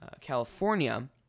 California